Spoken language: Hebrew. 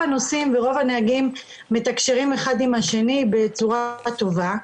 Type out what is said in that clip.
הנוסעים ורוב הנהגים מתקשרים אחד עם השני בצורה טובה.